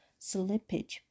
slippage